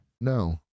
No